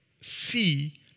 see